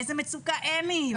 באיזו מצוקה הם יהיו,